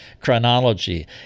chronology